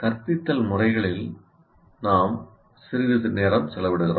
கற்பித்தல் முறைகளில் நாம் சிறிது நேரம் செலவிடுகிறோம்